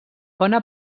bona